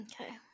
Okay